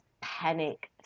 panic